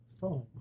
foam